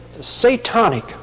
satanic